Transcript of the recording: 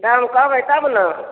दाम कहबै तब ने